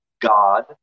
God